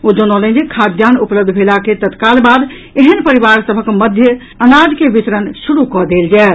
ओ जनौलनि जे खाद्यान्न उपलब्ध भेला के तत्तकाल बाद एहन परिवार सभक मध्य अनाज के वितरण शुरू कऽ देल जायत